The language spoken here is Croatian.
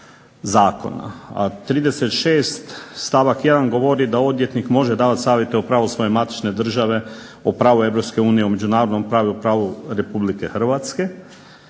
36. stavak 1. govori da odvjetnik može davati savjete o pravu svoje matične države, o pravu Europske unije, o međunarodnom pravu, pravu Republike Hrvatske.